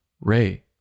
Ray